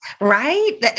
Right